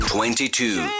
Twenty-two